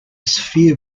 sphere